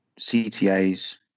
CTAs